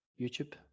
YouTube